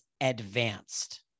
advanced